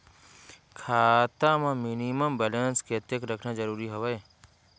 खाता मां minimum balance कतेक रखना जरूरी हवय?